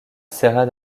serra